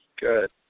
Good